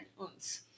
uns